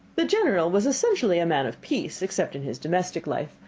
the general was essentially a man of peace, except in his domestic life.